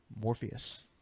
Morpheus